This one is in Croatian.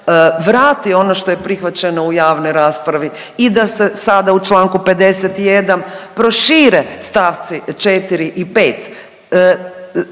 vrati ono što je prihvaćeno u javnoj raspravi i da se sada u čl. 51. prošire st. 4. i 5..